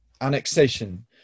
annexation